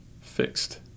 fixed